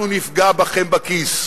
אנחנו נפגע בכם בכיס.